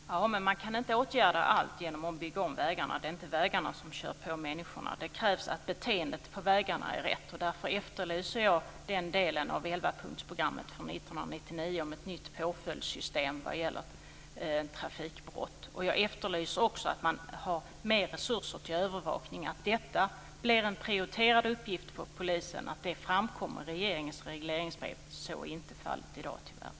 Fru talman! Man kan inte åtgärda allt genom att bygga om vägarna. Det är inte vägarna som kör på människorna. Det krävs att beteendet på vägarna är rätt. Därför efterlyser jag den delen av elvapunktsprogrammet från 1999 som handlar om ett nytt påföljdssystem vad gäller trafikbrott. Jag efterlyser också mer resurser till övervakning och att det framkommer i regeringens regleringsbrev att detta blir en prioriterad uppgift för polisen. Så är inte fallet i dag, tyvärr.